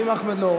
ואם אחמד לא,